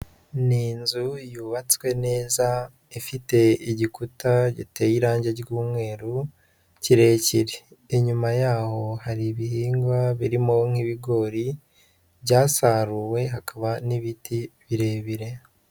Ni inzu yubatswe neza ifite igikuta giteye irange ry'umweru kirekire, inyuma yaho hari ibihingwa birimo nk'ibigori byasaruwe hakaba n'ibiti birebire.